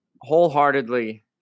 wholeheartedly